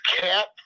cat